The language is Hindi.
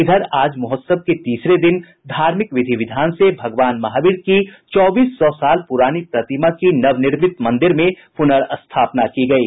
इधर आज महोत्सव के तीसरे दिन धार्मिक विधि विधान से भगवान महावीर की चौबीस सौ साल पुरानी प्रतिमा की नवनिर्मित मंदिर में पुर्नस्थापना की गयी